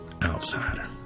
Outsider